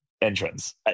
entrance